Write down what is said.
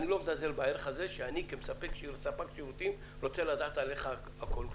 אני לא מזלזל בערך הזה שאני כספק שירותים רוצה לדעת עליך הכול,